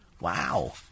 Wow